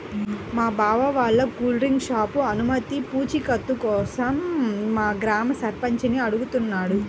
మా బావ వాళ్ళ కూల్ డ్రింక్ షాపు అనుమతి పూచీకత్తు కోసం మా గ్రామ సర్పంచిని అడుగుతున్నాడు